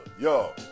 Yo